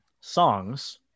songs